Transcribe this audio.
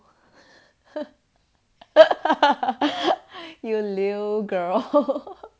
you lewd girl